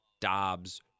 Dobbs